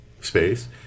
space